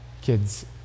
kids